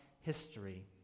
history